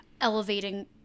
elevating